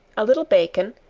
a little bacon,